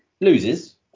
loses